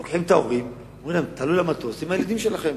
לוקחים את ההורים ואומרים להם: תעלו למטוס עם הילדים שלכם,